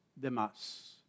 demás